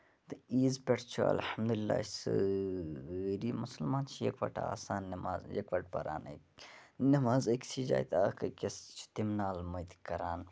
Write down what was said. تہٕ عیٖز پٮ۪ٹھ چھُ الحمدللہ اَسہِ سٲری مَسلمان چھِ یِکہٕ وَٹہٕ آسان نٮ۪ماز یِکہٕ وَٹہٕ پَران نٮ۪ماز أکسٕے جایہِ تہٕ اکھ أکِس چھِ تِم نالہٕ مٔتۍ کران